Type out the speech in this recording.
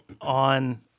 on